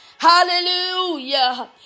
Hallelujah